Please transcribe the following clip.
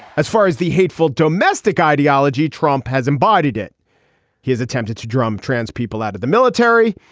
as far as the hateful domestic ideology trump has embodied in his attempts to drum trans people out of the military.